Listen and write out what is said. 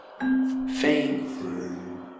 Fame